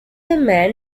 man